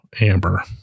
amber